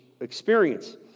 experience